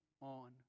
on